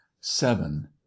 seven